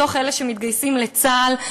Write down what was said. מתוך אלה שמתגייסים לצה"ל,